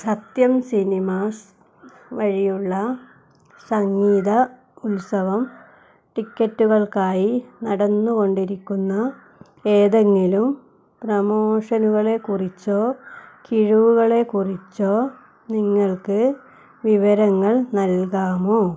സത്യം സിനിമാസ് വഴിയുള്ള സംഗീത ഉത്സവം ടിക്കറ്റുകൾക്കായി നടന്നുകൊണ്ടിരിക്കുന്ന ഏതെങ്കിലും പ്രമോഷനുകളെക്കുറിച്ചോ കിഴിവുകളെക്കുറിച്ചോ നിങ്ങൾക്കു വിവരങ്ങൾ നൽകാമോ